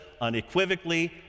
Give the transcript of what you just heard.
unequivocally